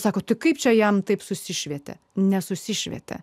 sako tai kaip čia jam taip susišvietė nesusišvietė